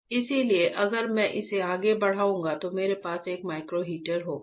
इसलिए अगर मैं इसे आगे बढ़ाऊंगा तो मेरे पास एक माइक्रो हीटर होगा